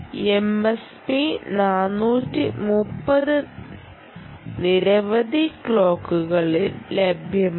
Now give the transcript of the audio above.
MSP 430 നിരവധി ക്ലോക്കുകളിൽ ലഭ്യമാണ്